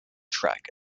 track